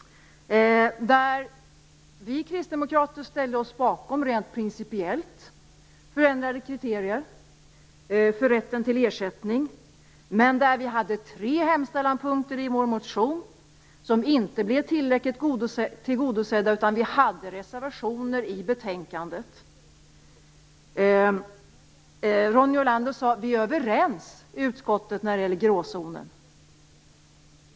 Vi kristdemokrater ställde oss rent principiellt bakom förändrade kriterier för rätten till ersättning. Men vi hade tre hemställanspunkter i vår motion som inte blev tillräckligt tillgodosedda. Vi hade reservationer till betänkandet. Ronny Olander sade att utskottet är överens i fråga om gråzonen.